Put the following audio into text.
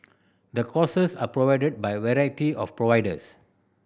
the courses are provided by variety of providers